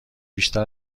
بیشتر